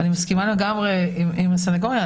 אני מסכימה לגמרי עם הסניגוריה,